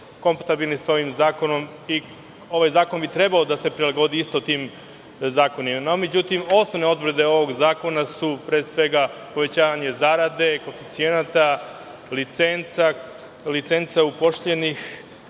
kompatabilni sa ovim zakonom i ovaj zakon bi trebao da se prilagodi isto tim zakonima. No, međutim, osnovne odredbe ovog zakona su, pre svega povećanje zarade, koeficijenata, licenca upošljenih